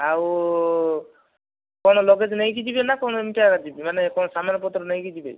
ଆଉ କ'ଣ ଲଗେଜ୍ ନେଇକି ଯିବେ ନା କ'ଣ ଏମିତିଆ ମାନେ କ'ଣ ସାମାନ୍ ପତ୍ର ନେଇକି ଯିବେ